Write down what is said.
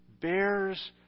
Bears